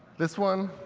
this one,